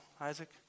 Isaac